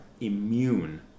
immune